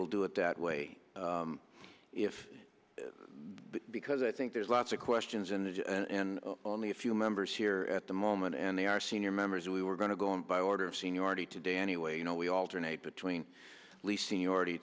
we'll do it that way if because i think there's lots of questions in this and only a few members here at the moment and they are senior members and we were going to go in by order of seniority today anyway you know we alternate between least seniority